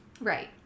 Right